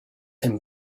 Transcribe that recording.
him